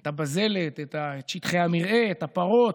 הבזלת, את שטחי המרעה, את הפרות,